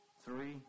three